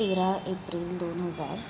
तेरा एप्रिल दोन हजार